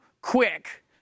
quick